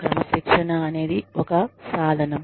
క్రమశిక్షణ అనేది ఒక సాధనం